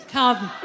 Come